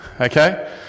Okay